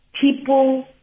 People